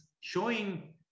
showing